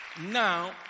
Now